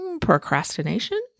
procrastination